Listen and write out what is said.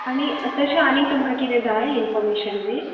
आनी तशें आनीक तुमका किदें जाय इंनफॉरमेशन बी